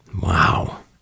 wow